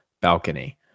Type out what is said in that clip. balcony